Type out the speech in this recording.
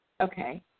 Okay